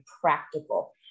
practical